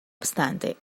obstante